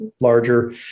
larger